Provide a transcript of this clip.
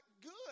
good